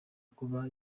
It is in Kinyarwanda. kuba